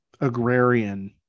agrarian